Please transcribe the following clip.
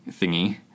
thingy